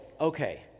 okay